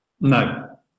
No